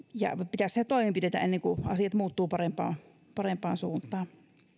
pitäisi tehdä toimenpiteitä ennen kuin asiat muuttuvat parempaan parempaan suuntaan